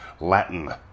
Latin